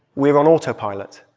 we're on autopilot,